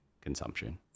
consumption